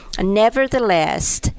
Nevertheless